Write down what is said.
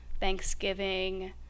Thanksgiving